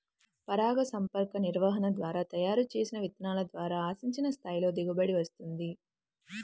పరాగసంపర్క నిర్వహణ ద్వారా తయారు చేసిన విత్తనాల ద్వారా ఆశించిన స్థాయిలో దిగుబడి వస్తుంది